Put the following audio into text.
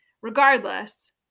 Regardless